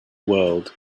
world